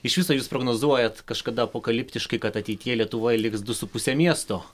iš viso jūs prognozuojat kažkada apokaliptiškai kad ateityje lietuvoj liks du su puse miesto